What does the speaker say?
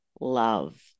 love